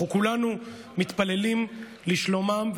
אנחנו כולנו מתפללים לשלומם,